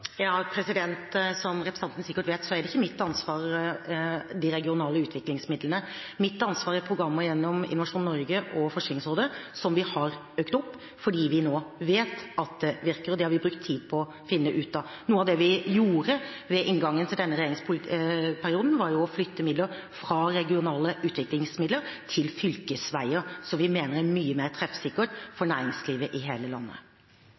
Som representanten sikkert vet, er ikke de regionale utviklingsmidlene mitt ansvar. Mitt ansvar er programmer gjennom Innovasjon Norge og Forskningsrådet, som vi har økt fordi vi nå vet at det virker, og det har vi brukt tid på å finne ut av. Noe av det vi gjorde ved inngangen til denne regjeringsperioden, var å flytte midler fra regionale utviklingsmidler til fylkesveier, som vi mener er mye mer treffsikkert for næringslivet i hele landet.